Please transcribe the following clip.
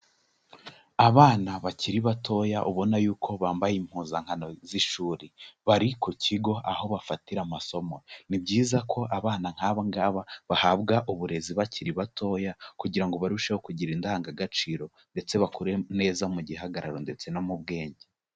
Abana bakiri batoya ubona yuko bambaye impuzankano z'ishuri, bari ku kigo aho bafatira amasomo, ni byiza ko abana nk'aba ngaba bahabwa uburezi bakiri batoya kugira ngo barusheho kugira indangagaciro ndetse bakure neza mu gihagararo ndetse no mu bwenge.